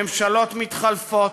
ממשלות מתחלפות,